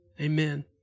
Amen